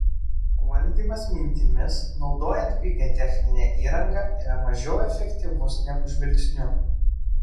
valdymas mintimis naudojant pigią techninę įrangą yra mažiau efektyvus negu žvilgsniu